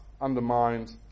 undermined